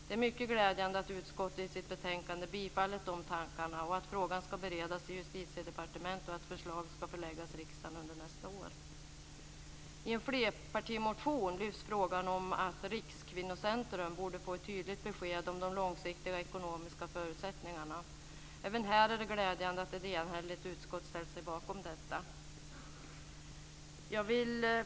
Det är mycket glädjande att utskottet i sitt betänkande tillstyrkt de tankarna och att frågan ska behandlas i Justitiedepartementet och förslag föreläggas riksdagen nästa år. I en flerpartimotion lyfts frågan fram att Rikskvinnocentrum borde få ett tydligt besked om de långsiktiga ekonomiska förutsättningarna. Även här är det glädjande att ett enhälligt utskott ställt sig bakom detta. Fru talman!